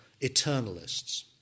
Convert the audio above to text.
eternalists